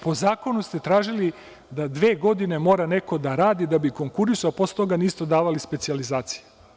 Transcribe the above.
Po zakonu ste tražili da dve godine mora neko da radi da bi konkurisao, posle toga niste davali specijalizacije.